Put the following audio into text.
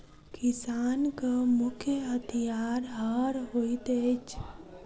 किसानक मुख्य हथियार हअर होइत अछि